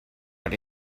but